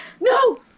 no